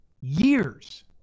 years